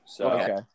Okay